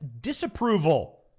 disapproval